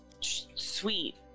Sweet